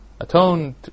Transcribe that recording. atoned